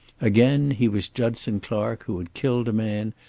again he was judson clark, who had killed a man,